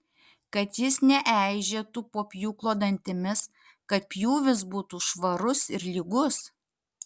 kad jis neeižėtų po pjūklo dantimis kad pjūvis būtų švarus ir lygus